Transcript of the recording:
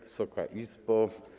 Wysoka Izbo!